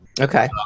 Okay